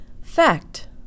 fact